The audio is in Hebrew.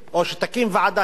אני מציע להקים ועדה,